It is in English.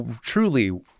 truly